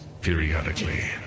Periodically